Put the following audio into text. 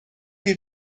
chi